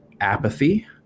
apathy